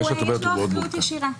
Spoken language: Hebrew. הוא זה שיש לו אחריות ישירה.